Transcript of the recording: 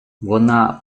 вона